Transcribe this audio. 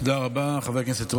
תודה רבה, חבר הכנסת רול.